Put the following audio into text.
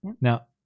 Now